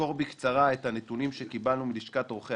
יסקור בקצרה את הנתונים שקיבלנו מלשכת עורכי